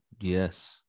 Yes